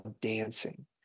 dancing